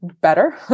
better